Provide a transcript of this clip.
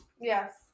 Yes